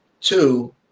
Two